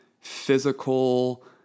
physical